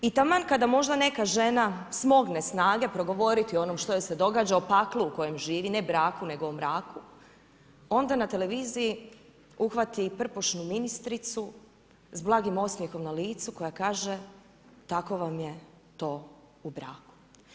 I taman kada možda neka žena smogne snage progovoriti o onom što joj se događa, o paklu u kojem živi, ne braku nego o mraku onda na televiziji uhvati i prpošnu ministricu sa blagim osmjehom na licu koja kaže tako vam je to u braku.